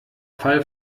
fall